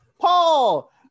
Paul